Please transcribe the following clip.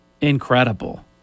incredible